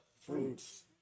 Fruits